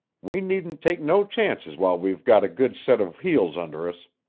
we needn't take no chances while we've got a good set of heels under us.